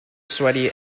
sweaty